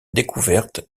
découverte